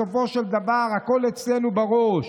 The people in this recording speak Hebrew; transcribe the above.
בסופו של דבר, הכול אצלנו בראש,